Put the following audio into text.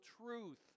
truth